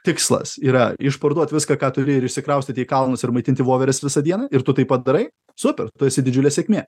tikslas yra išparduot viską ką turi ir išsikraustyti į kalnus ir maitinti voveres visą dieną ir tu tai padarai super tu esi didžiulė sėkmė